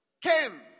came